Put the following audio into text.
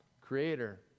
Creator